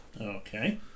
okay